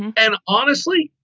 and honestly,